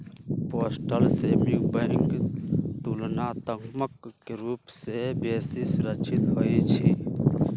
postal saving bank तुलनात्मक रूप से बेशी सुरक्षित होइ छइ